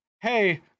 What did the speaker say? hey